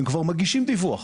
הם כבר מגישים דיווח,